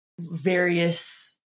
various